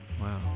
Wow